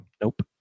nope